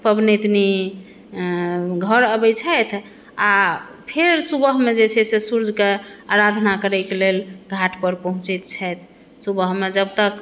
पबनितनि घर अबैत छथि आ फेर सुबहमे जे छै से सूर्यके आराधना करैके लेल घाट पर पहुँचैत छथि सुबहमे जब तक